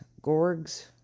gorgs